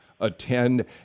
attend